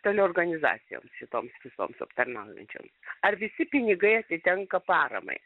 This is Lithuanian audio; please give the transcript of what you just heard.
teleorganizacijoms šitoms visoms aptarnaujančioms ar visi pinigai atitenka paramai